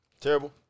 Terrible